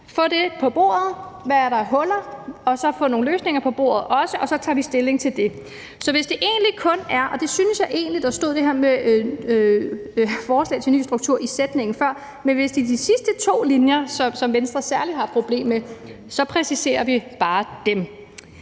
og få på bordet, hvad der er af huller, og så også få nogle løsninger på bordet. Og så tager vi stilling til det. Jeg synes egentlig, at der stod det her med forslaget til en ny struktur i sætningen før den nævnte, men hvis det er de sidste to linjer i forslaget, som Venstre særlig har problemer med, så præciserer vi bare dem.